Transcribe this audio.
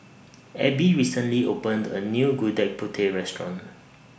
Ebbie recently opened A New Gudeg Putih Restaurant